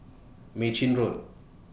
Mei Chin Road